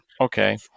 okay